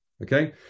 Okay